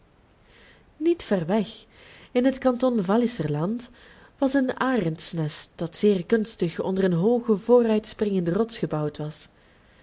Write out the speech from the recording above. niet ver weg in het kanton walliserland was een arendsnest dat zeer kunstig onder een hooge vooruitspringende rots gebouwd was